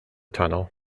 tunnel